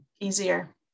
easier